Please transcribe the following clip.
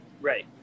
Right